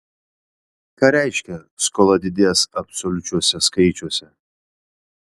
ką reiškia skola didės absoliučiuose skaičiuose